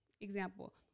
example